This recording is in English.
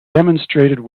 demonstrated